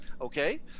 Okay